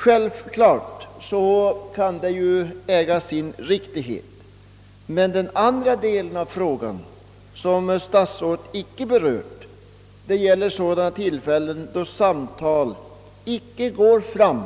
Självklart kan detta äga sin riktighet, men den andra delen av frågan, vilken gäller sådana tillfällen då samtal icke går fram